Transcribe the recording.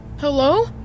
Hello